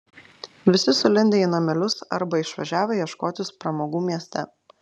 visi sulindę į namelius arba išvažiavę ieškotis pramogų mieste